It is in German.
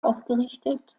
ausgerichtet